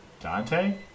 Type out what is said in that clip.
Dante